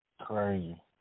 crazy